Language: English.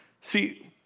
See